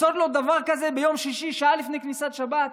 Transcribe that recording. לעשות לו דבר כזה ביום שישי שעה לפני כניסת שבת?